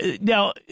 now